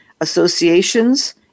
associations